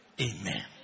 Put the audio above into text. Amen